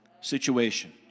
situation